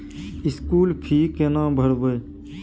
School fee केना भरबै?